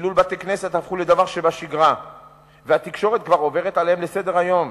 חילול בתי-כנסת הפך לדבר שבשגרה והתקשורת כבר עוברת על כך לסדר-היום.